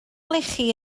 lechi